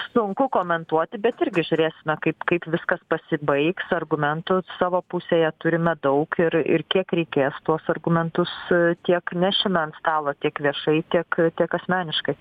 sunku komentuoti bet irgi žiūrėsime kaip kaip viskas pasibaigs argumentų savo pusėje turime daug ir ir kiek reikės tuos argumentus tiek nešime ant stalo tiek viešai tiek tiek asmeniškai